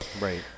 Right